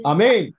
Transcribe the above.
Amen